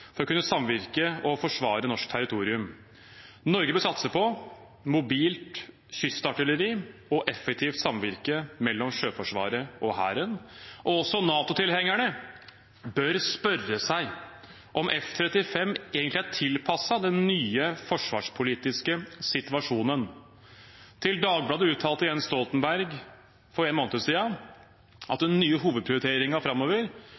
for å kunne samvirke og forsvare norsk territorium. Norge bør satse på mobilt kystartilleri og effektivt samvirke mellom Sjøforsvaret og Hæren, og også NATO-tilhengerne bør spørre seg om F-35 egentlig er tilpasset den nye forsvarspolitiske situasjonen. Til Dagbladet uttalte Jens Stoltenberg for en uke siden at den nye hovedprioriteringen framover